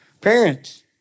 Parents